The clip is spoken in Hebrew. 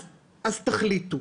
אז תחליטו.